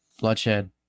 bloodshed